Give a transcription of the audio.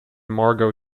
margo